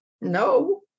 No